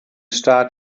start